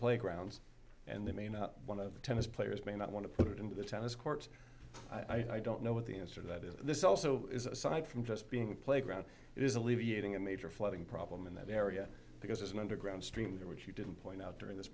playgrounds and they may not one of the tennis players may not want to put it into the tennis court i don't know what the answer to that is this also is aside from just being a playground it is alleviating a major flooding problem in that area because there's an underground stream there which you didn't point out during this